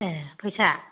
ए फैसा